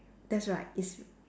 that's right yes